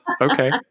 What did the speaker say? Okay